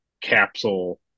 capsule